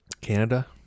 Canada